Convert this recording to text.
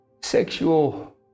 sexual